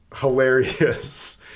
hilarious